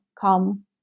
come